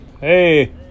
Hey